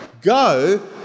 Go